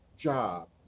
job